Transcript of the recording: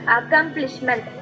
accomplishment